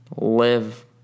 live